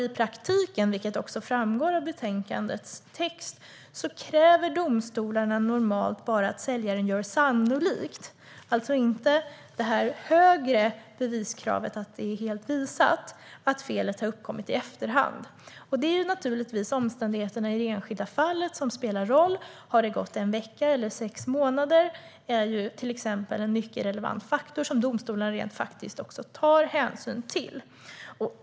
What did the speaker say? I praktiken, vilket också framgår av betänkandets text, kräver domstolarna normalt att säljaren gör sannolikt - man har alltså inte det högre beviskravet att det är helt visat - att felet har uppkommit i efterhand. Det är naturligtvis omständigheterna i det enskilda fallet som spelar roll: Har det gått en vecka eller sex månader? Det är en mycket relevant faktor som domstolarna rent faktiskt också tar hänsyn till.